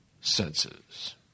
senses